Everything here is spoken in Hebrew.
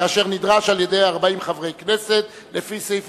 כאשר נדרש על-ידי 40 חברי כנסת לפי סעיף